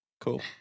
Cool